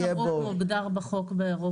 תיק התמרוק מוגדר בחוק באירופה.